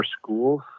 schools